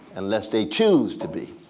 unless they choose to be.